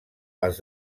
els